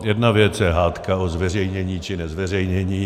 Jedna věc je hádka o zveřejnění, či nezveřejnění.